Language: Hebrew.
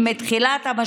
להביא לכנסת.